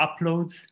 uploads